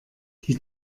die